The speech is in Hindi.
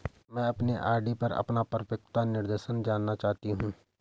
मैं अपने आर.डी पर अपना परिपक्वता निर्देश जानना चाहती हूँ